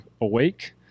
awake